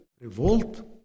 revolt